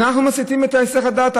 אנחנו מסיחים את הדעת.